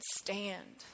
stand